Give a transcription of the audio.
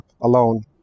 alone